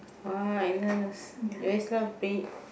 !wah! Agnes you always you always love big